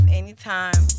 anytime